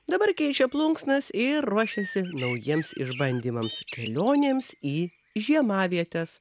dabar keičia plunksnas ir ruošiasi naujiems išbandymams kelionėms į žiemavietes